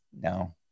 No